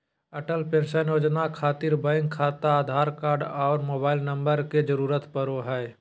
Atal pension Yojana खातिर bank खाता Aadhaar card आर मोबाइल नम्बर के जरूरत परो हय